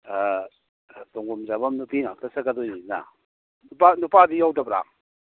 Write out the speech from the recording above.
ꯇꯣꯡꯐꯝ ꯆꯥꯐꯝ ꯅꯨꯄꯤ ꯉꯥꯛꯇ ꯆꯠꯀꯗꯣꯏꯅꯤꯅ ꯅꯨꯄꯥꯗꯤ ꯌꯥꯎꯗꯕ꯭ꯔ